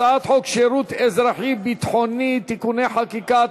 הצעת חוק שירות אזרחי-ביטחוני (תיקוני חקיקה),